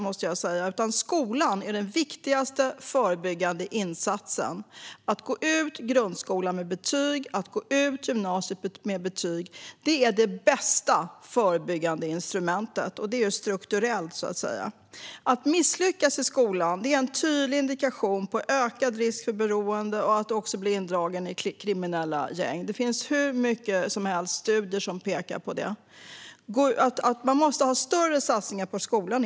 Det är skolan som är den viktigaste förebyggande insatsen. Att gå ut grundskolan med betyg och att gå ut gymnasiet med betyg är det bästa förebyggande instrumentet. Det är strukturellt. Att misslyckas i skolan är en tydlig indikation på ökad risk för beroende och för att bli indragen i kriminella gäng. Hur många studier som helst pekar på det. Man måste helt enkelt göra större satsningar på skolan.